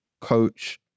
coach